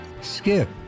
Skip